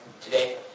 today